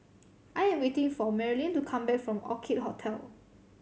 I am waiting for Marylyn to come back from Orchid Hotel